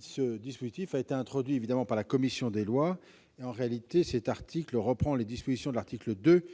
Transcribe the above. Ce dispositif a été introduit par la commission des lois et reprend les dispositions de l'article 2